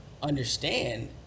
understand